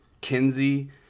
Kenzie